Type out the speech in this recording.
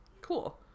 Cool